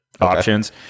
options